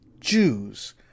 Jews